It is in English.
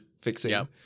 fixing